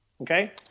okay